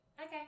okay